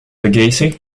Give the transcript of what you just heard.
legacy